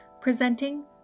Presenting